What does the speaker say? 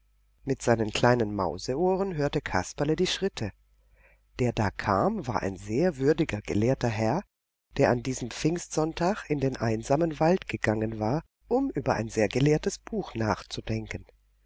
mit seinen kleinen mauseohren hörte kasperle die schritte der da kam war ein sehr würdiger gelehrter herr der an diesem pfingstsonntag in den einsamen wald gegangen war um über ein sehr gelehrtes buch nachzudenken